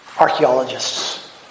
archaeologists